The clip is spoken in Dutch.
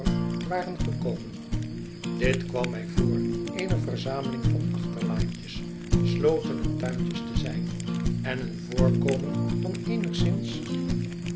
waren gekomen dit kwam mij voor eene verzameling van achterlaantjes slooten en tuintjes te zijn en een voorkomen van eenigszins